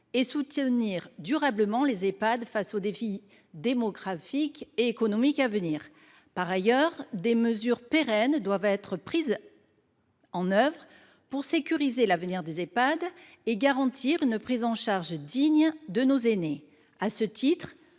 et soutenir durablement les établissements face aux défis démographiques et économiques à venir ? Par ailleurs, des mesures pérennes doivent être prises pour sécuriser l’avenir des Ehpad et garantir une prise en charge digne de nos aînés. À cet égard,